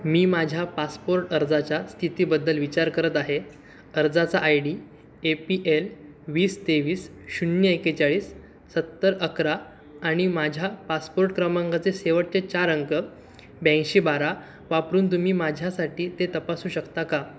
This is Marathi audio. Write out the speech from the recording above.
मी माझ्या पासपोर्ट अर्जाच्या स्थितीबद्दल विचार करत आहे अर्जाचा I D A P L वीस तेवीस शून्य एक्केचाळीस सत्तर अकरा आणि माझ्या पासपोर्ट क्रमांकचे शेवटचे चार अंक ब्याऐंशी बारा वापरून तुम्ही माझ्यासाठी ते तपासू शकता का